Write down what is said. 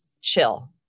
chill